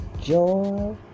joy